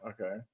Okay